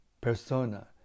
persona